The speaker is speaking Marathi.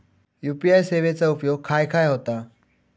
यू.पी.आय सेवेचा उपयोग खाय खाय होता?